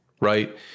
right